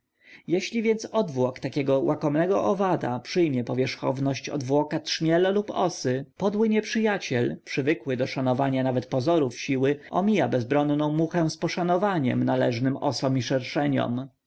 jeśli więc odwłok takiego łakomego owada przyjmie powierzchowność odwłoka trzmiela lub osy podły nieprzyjaciel przywykły do szanowania nawet pozorów siły omija bezbronną muchę z poszanowaniem należnem osom i szerszeniom